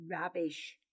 Rubbish